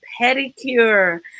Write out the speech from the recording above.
pedicure